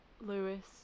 lewis